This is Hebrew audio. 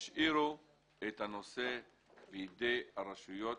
תשאירו בידי הרשויות